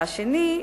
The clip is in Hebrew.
השני,